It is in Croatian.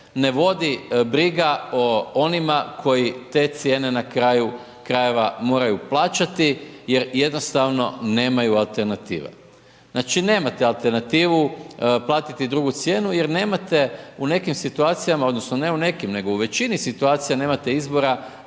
ne vodi briga o onima koji te cijene na kraju krajeva moraju plaćati jer jednostavno nemaju alternative. Znači nemate alternativu platiti drugu cijenu jer nemate u nekim situacijama, odnosno ne u nekim, nego u većini situacija nemate izbora